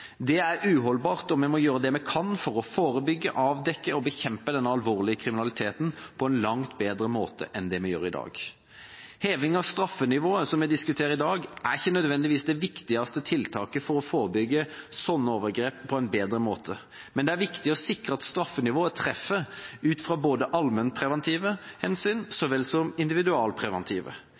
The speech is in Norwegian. Det er uholdbart, og vi må gjøre det vi kan for å forebygge, avdekke og bekjempe denne alvorlige kriminaliteten på en langt bedre måte enn det vi gjør i dag. Heving av straffenivået, som vi diskuterer i dag, er ikke nødvendigvis det viktigste tiltaket for å forebygge slike overgrep på en bedre måte, men det er viktig å sikre at straffenivået treffer, ut fra både allmennpreventive hensyn så vel som individualpreventive.